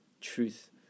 truth